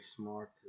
smart